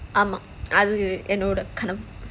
ஆமா அது என்னோட கனவு:aamaa adhu ennoda kanavu you know that kind of